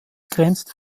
grenzt